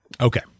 Okay